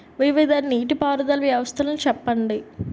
వివిధ నీటి పారుదల వ్యవస్థలను చెప్పండి?